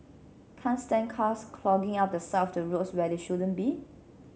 can't stand cars clogging up the side of the roads where they shouldn't be